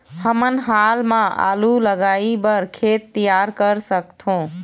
हमन हाल मा आलू लगाइ बर खेत तियार कर सकथों?